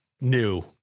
new